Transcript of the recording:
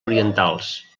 orientals